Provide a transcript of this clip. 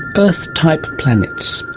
earth-type planets.